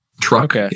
truck